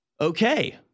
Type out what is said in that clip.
okay